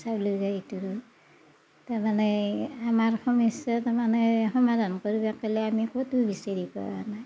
চাউলৰ এইটোৰো তাৰমানে আমাৰ সমস্যাটো তাৰমানে সমাধান কৰিব গ'লে আমি ক'তো বিচাৰি পোৱা নাই